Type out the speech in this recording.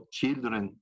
children